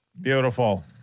Beautiful